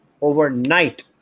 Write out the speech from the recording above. overnight